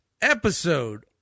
episode